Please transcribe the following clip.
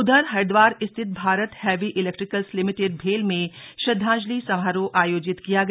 उधर हरिदवार स्थित Bharat heavy electricals limited भेल में श्रद्धांजलि समारोह थ योजित किया गया